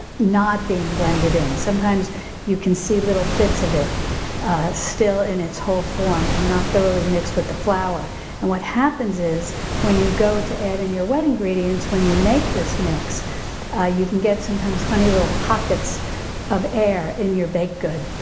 not being blended in. sometimes you can see little bits of it still in its whole form and not thoroughly mixed with the flour and what happens is when you go to add in your wet ingredients, when you make this mix you can get sometimes funny little pockets of air in your baked good,